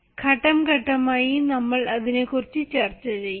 ഘട്ടം ഘട്ടമായി നമ്മൾ അതിനെക്കുറിച്ച് ചർച്ച ചെയ്യും